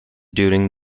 during